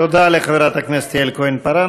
תודה לחברת הכנסת יעל כהן-פארן.